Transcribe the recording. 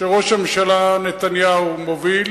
שראש הממשלה נתניהו מוביל